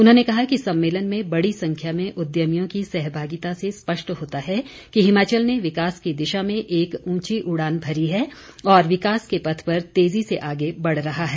उन्होंने कहा कि सम्मेलन में बड़ी संख्या में उद्यमियों की सहभागिता से स्पष्ट होता है कि हिमाचल ने विकास की दिशा में एक ऊंची उड़ान भरी है और विकास के पथ पर तेजी से आगे बढ़ रहा है